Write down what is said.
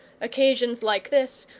occasions like this,